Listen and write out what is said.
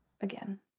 again